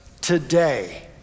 today